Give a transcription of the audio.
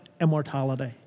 immortality